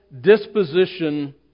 disposition